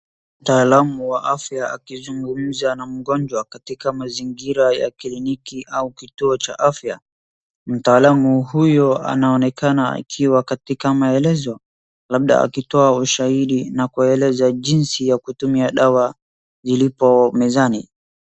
Mtaalamu wa afya akizungumza na mgonjwa katika mazingira ya kliniki au kituo cha afya, mtaalamu huyu anaonekana akiwa katika maelezo, labda akitoa ushairi, na kueleza jinsi ya kutumia dawa zilipo mezani.